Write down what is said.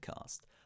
Cast